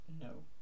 No